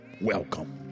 Welcome